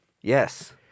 Yes